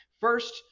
first